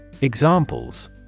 Examples